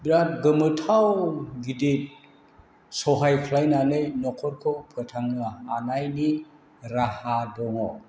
बिराद गोमोथाव गिदिद सहाय खालायनानै न'खरखौ फोथांनो हानायनि राहा दङ